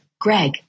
Greg